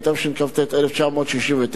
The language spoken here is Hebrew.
התשע"א